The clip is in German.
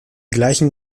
gleichen